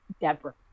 Deborah